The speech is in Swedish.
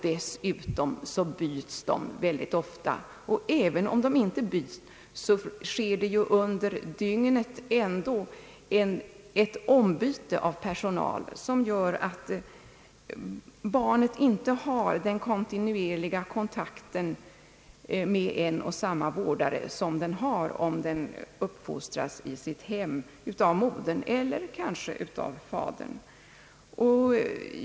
Dessutom byts den ofta, och även om den inte byts, sker under dygnet ett ombyte av personal som gör att barnet inte har den kontinuerliga kontakt med en och samma vårdare som det har om det uppfostras i sitt hem av modern eller kanske av fadern.